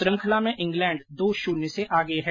श्रृंखला में इग्लैण्ड दो शून्य से आगे है